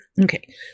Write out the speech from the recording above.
okay